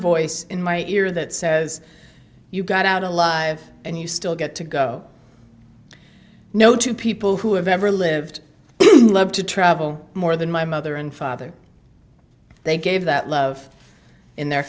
voice in my ear that says you got out alive and you still get to go no two people who have ever lived loved to travel more than my mother and father they gave that love in their